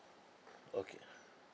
okay ah